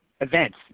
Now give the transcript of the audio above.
events